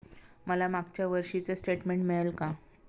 मला मागच्या वर्षीचे स्टेटमेंट मिळेल का?